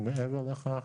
מעבר לכך,